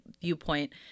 viewpoint